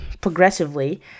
progressively